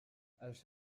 els